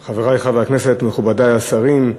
תודה רבה לך, חברי חברי הכנסת, מכובדי השרים,